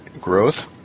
growth